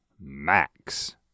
max